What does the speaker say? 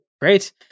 Great